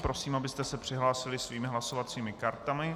Prosím, abyste se přihlásili svými hlasovacími kartami.